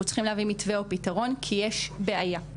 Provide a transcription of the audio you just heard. צריכים להביא מתווה או פתרון כי יש בעיה.